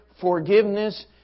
forgiveness